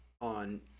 on